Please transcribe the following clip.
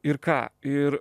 ir ką ir